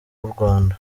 rwanda